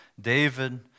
David